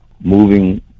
moving